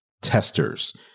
testers